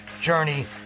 journey